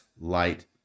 light